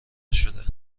نشده